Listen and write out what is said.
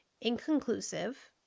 inconclusive